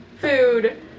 food